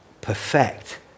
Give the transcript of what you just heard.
perfect